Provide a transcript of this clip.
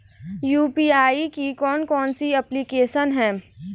UPI की कौन कौन सी एप्लिकेशन हैं?